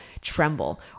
tremble